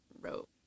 wrote